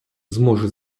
зможе